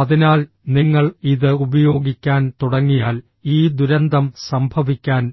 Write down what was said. അതിനാൽ നിങ്ങൾ ഇത് ഉപയോഗിക്കാൻ തുടങ്ങിയാൽ ഈ ദുരന്തം സംഭവിക്കാൻ